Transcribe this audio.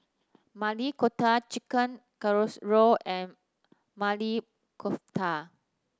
Maili Kofta Chicken Casserole and Maili Kofta